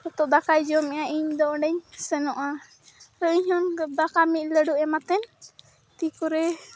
ᱛᱚ ᱫᱟᱠᱟᱭ ᱡᱚᱢᱮᱜᱼᱟ ᱤᱧ ᱫᱚ ᱚᱸᱰᱮᱧ ᱥᱮᱱᱚᱜᱼᱟ ᱟᱨ ᱤᱧᱟᱹᱝ ᱫᱟᱠᱟ ᱢᱤᱫᱞᱟᱰᱩ ᱮᱢᱟᱛᱮᱱ ᱛᱤ ᱠᱚᱨᱮ